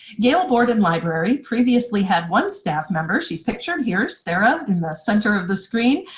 gail borden library previously had one staff member, she's pictured here, sarah, in the center of the screen,